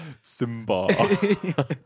Simba